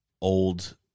old